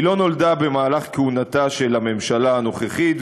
היא לא נולדה במהלך כהונתה של הממשלה הנוכחית,